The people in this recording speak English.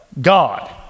God